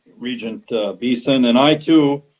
regent beeson. and i too,